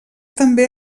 també